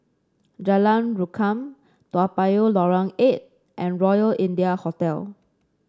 Jalan Rukam Toa Payoh Lorong Eight and Royal India Hotel